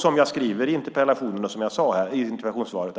Som jag sade i interpellationssvaret